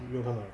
没有看到